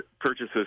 purchases